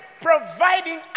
providing